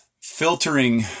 filtering